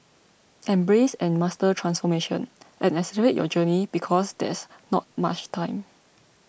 embrace and master transformation and accelerate your journey because there's not much time